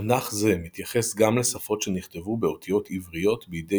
מונח זה מתייחס גם לשפות שנכתבו באותיות עבריות בידי